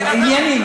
ענייני.